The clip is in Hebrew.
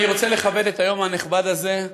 אני רוצה לכבד את היום הנכבד הזה.